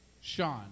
Sean